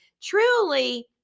Truly